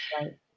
Right